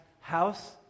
house